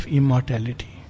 immortality